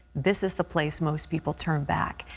this is the place most people turn back.